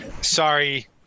sorry